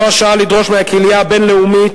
זו השעה לדרוש מהקהילייה הבין-לאומית,